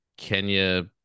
Kenya